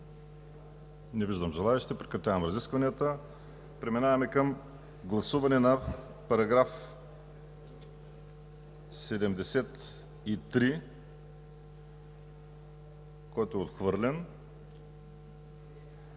Не виждам желаещи. Прекратявам разискванията. Преминаваме към гласуване на § 73, който е отхвърлен,